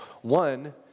One